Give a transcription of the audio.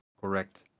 correct